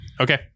Okay